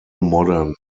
modern